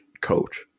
coach